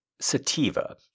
Sativa